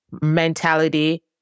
mentality